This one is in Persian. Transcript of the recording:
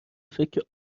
فکر